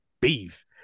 beef